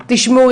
תשמעו,